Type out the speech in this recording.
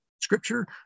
scripture